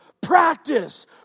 practice